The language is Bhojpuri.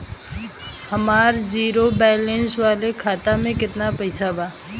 हमार जीरो बैलेंस वाला खाता में केतना पईसा बा?